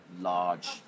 large